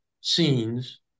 scenes